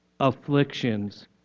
afflictions